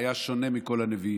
הוא היה שונה מכל הנביאים.